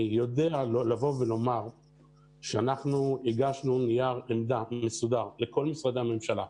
אני יודע לבוא ולומר שאנחנו הגשנו נייר עמדה מסודר לכל משרדי הממשלה,